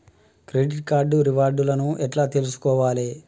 Credit card reward లను ఎట్ల తెలుసుకోవాలే?